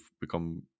become